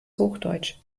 hochdeutsch